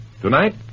Tonight